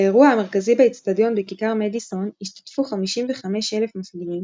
באירוע המרכזי באצטדיון בכיכר מדיסון השתתפו 55,000 מפגינים,